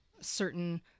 certain